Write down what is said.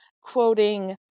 quoting